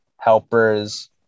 helpers